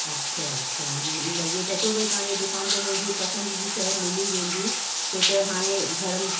अछा अछा म लॻे त थो भई तव्हांजे दुकान ते मुंहिंजी पसंदि जी शइ मिली वेंदी छो त हाणे गरम